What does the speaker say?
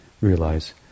realize